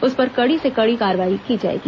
उस पर कड़ी से कड़ी कार्रवाई की जाएगी